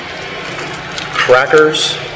crackers